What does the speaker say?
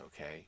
okay